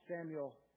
Samuel